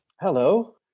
Hello